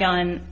gun